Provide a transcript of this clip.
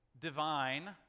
divine